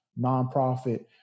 nonprofit